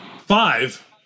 Five